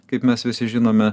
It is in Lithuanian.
kaip mes visi žinome